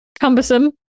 Cumbersome